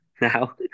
now